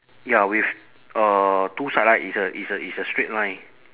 ya with uh two sideline it's a it's a it's a straight line